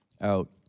out